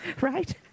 right